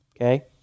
okay